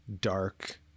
dark